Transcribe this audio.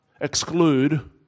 exclude